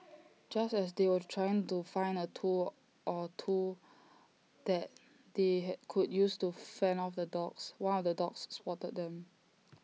just as they were trying to find A tool or two that they could use to fend off the dogs one of the dogs spotted them